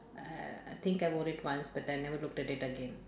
uh I think I wore it once but I never looked at it again